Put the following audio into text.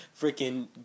freaking